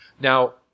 Now